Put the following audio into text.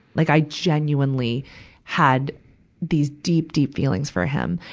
like i genuinely had these deep, deep feelings for him.